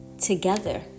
together